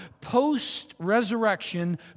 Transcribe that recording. post-resurrection